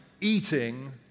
eating